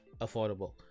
affordable